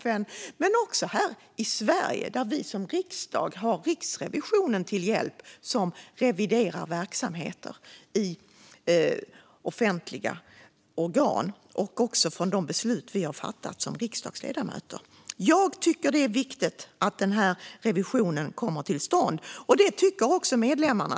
Det gäller också här i Sverige där riksdagen har Riksrevisionen till hjälp som reviderar verksamheter i offentliga organ och också resultatet av de beslut som vi som riksdagsledamöter har fattat. Jag tycker att det är viktigt att revisionen kommer till stånd. Det tycker också medlemmarna.